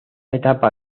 etapa